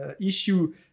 issue